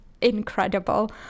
incredible